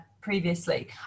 previously